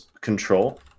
control